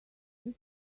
this